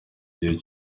gihe